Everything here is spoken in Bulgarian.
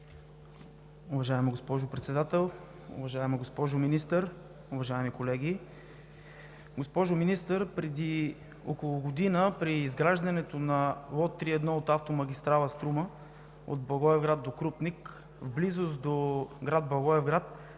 Уважаема госпожо Председател, уважаема госпожо Министър, уважаеми колеги! Госпожо Министър, преди около година при изграждането на лот 3.1 от автомагистрала „Струма“ от Благоевград да Крупник, в близост до град Благоевград,